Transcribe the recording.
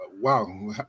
Wow